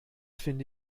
finde